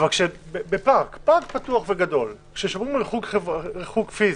אבל בפארק פתוח וגדול, כששומרים על ריחוק פיזי,